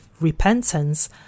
repentance